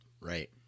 right